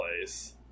place